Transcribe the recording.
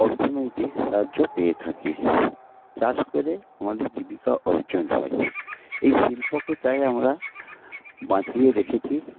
অর্থনৈতিক সাহায্য পেয়ে থাকি চাষ করে আমাদের জীবিকা অর্জন হয় এই শিল্পকে তাই আমরা বাঁচিয়ে রেখেছি